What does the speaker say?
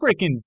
freaking